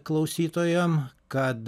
klausytojam kad